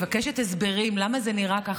מבקשת הסברים למה זה נראה ככה,